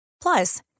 Plus